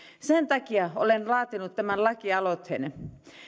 sen takia olen laatinut tämän lakialoitteen